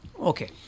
Okay